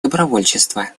добровольчества